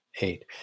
eight